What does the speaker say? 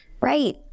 Right